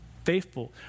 faithful